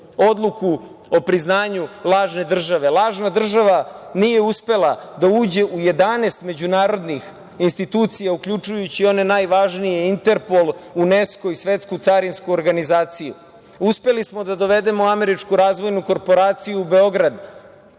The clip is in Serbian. odluku o priznanju lažne države. Lažna država nije uspela da uđe u 11 međunarodnih institucija, uključujući one najvažnije – Interpol, Unesko i Svetsku carinsku organizaciju. Uspeli smo da dovedemo američku razvojnu korporaciju u Beograd